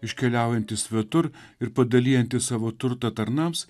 iškeliaujant į svetur ir padalijantį savo turtą tarnams